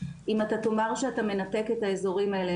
אם אתה תאמר שאתה מנתק את האזורים האלה,